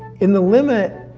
in the limit,